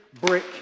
brick